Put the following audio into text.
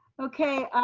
okay.